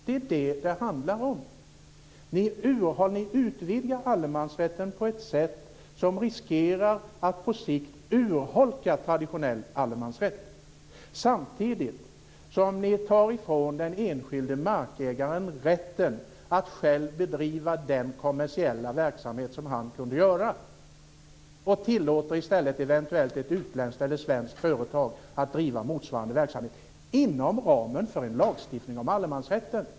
Det är vad det handlar om. Ni utvidgar allemansrätten på ett sätt som riskerar att på sikt urholka traditionell allemansrätt, samtidigt som ni tar ifrån den enskilde markägaren rätten att själv bedriva den kommersiella verksamhet som han kunde göra. Ni tillåter i stället eventuellt ett utländskt eller svenskt företag att driva motsvarande verksamhet inom ramen för en lagstiftning om allemansrätten.